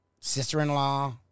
sister-in-law